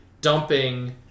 dumping